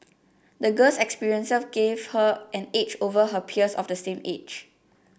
the girl's experiences gave her an edge over her peers of the same age